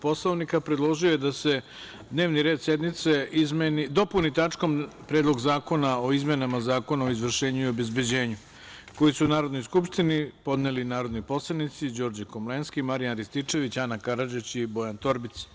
Poslovnika, predložio je da se dnevni red sednice dopuni tačkom – Predlog zakona o izmenama Zakona o izvršenju i obezbeđenju, koji su Narodnoj skupštini podneli narodni poslanici Đorđe Komlenski, Marijan Rističević, Ana Karadžić i Bojan Torbica.